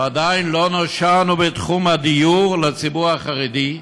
ועדיין לא נושענו בתחום הדיור לציבור החרדי,